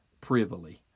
privily